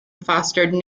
fostered